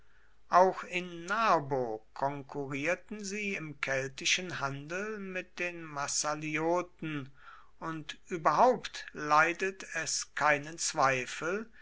auch in narbo konkurrierten sie im keltischen handel mit den massalioten und überhaupt leidet es keinen zweifel